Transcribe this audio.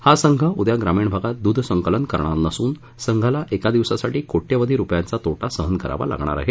हा संघ उद्या ग्रामीण भागात दूध संकलन करणार नसन संघाला एका दिवसासाठी कोटयवधी रुपयांचा तोटा सहन करावा लागणार आहे